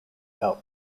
help